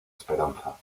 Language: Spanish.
esperanza